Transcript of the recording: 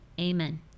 amen